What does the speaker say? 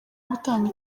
gutanga